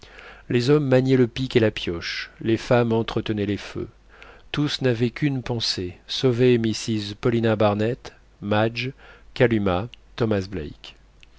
les hommes maniaient le pic et la pioche les femmes entretenaient les feux tous n'avaient qu'une pensée sauver mrs paulina barnett madge kalumah thomas black